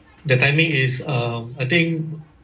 the timing is uh I think